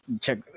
check